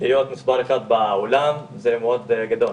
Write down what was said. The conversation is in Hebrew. להיות מספר אחת בעולם זה כבוד גדול.